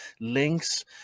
links